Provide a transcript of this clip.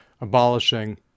abolishing